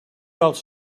else